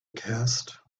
cast